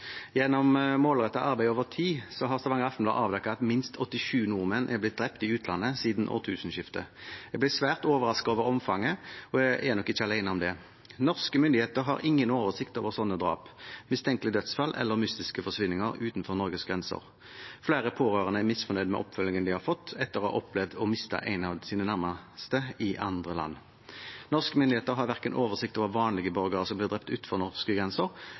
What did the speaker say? Gjennom målrettet arbeid over tid har Stavanger Aftenblad avdekket at minst 87 nordmenn er blitt drept i utlandet siden årtusenskiftet. Jeg ble svært overrasket over omfanget, og jeg er nok ikke alene om det. Norske myndigheter har ingen oversikt over sånne drap, mistenkelige dødsfall eller mystiske forsvinninger utenfor Norges grenser. Flere pårørende er misfornøyd med oppfølgingen de har fått etter å ha opplevd å miste en av sine nærmeste i andre land. Norske myndigheter har verken oversikt over vanlige borgere som blir drept utenfor norske grenser,